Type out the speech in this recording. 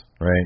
Right